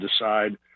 decide